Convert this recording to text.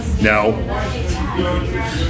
No